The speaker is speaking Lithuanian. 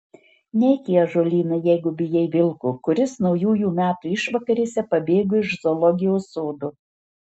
neik į ąžuolyną jeigu bijai vilko kuris naujųjų metų išvakarėse pabėgo iš zoologijos sodo